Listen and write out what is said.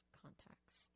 contacts